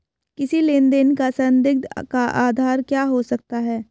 किसी लेन देन का संदिग्ध का आधार क्या हो सकता है?